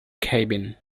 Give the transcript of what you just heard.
cabin